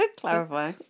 Clarify